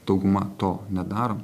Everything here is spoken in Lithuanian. dauguma to nedarom